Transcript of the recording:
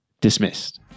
dismissed